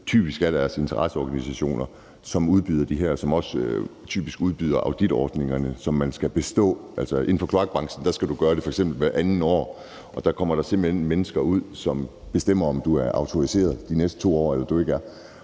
typisk af deres interesseorganisationer, som udbyder det her, og som også typisk udbyder auditordningerne, som man skal bestå. Inden for f.eks. kloakbranchen skal du gøre det hvert andet år, og der kommer der simpelt hen mennesker ud, som bestemmer, om du er autoriseret de næste 2 år, eller du ikke er